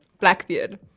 Blackbeard